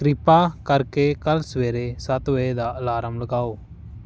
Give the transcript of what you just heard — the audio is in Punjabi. ਕਿਰਪਾ ਕਰਕੇ ਕੱਲ ਸਵੇਰੇ ਸੱਤ ਵਜੇ ਦਾ ਅਲਾਰਮ ਲਗਾਓ